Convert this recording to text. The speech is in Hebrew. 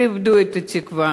ואיבדו את התקווה.